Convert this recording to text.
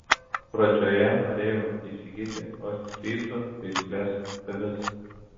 pradžioje norėjau įsigyti ostfryzų veislės avis